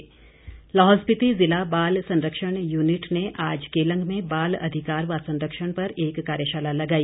कार्यशाला लाहौल स्पीति ज़िला बाल संरक्षण यूनिट ने आज केलंग में बाल अधिकार व संरक्षण पर एक कार्यशाला लगाई